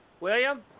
William